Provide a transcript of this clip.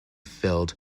filled